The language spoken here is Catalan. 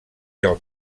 del